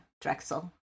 Drexel